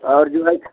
और जी भाई